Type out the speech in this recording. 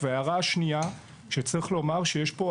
וההערה השנייה שצריך לומר אותה,